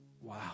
Wow